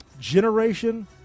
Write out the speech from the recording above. Generation